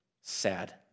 sad